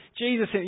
Jesus